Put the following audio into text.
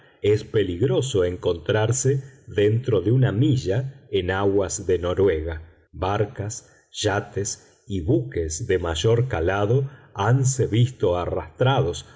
es peligroso encontrarse dentro de una milla en aguas de noruega barcas yates y buques de mayor calado hanse visto arrastrados